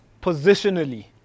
positionally